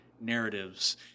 narratives